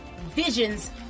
visions